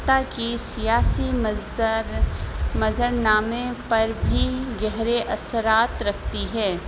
حتی کہ سیاسی منظر منظرنامے پر بھی گہرے اثرات رکھتی ہے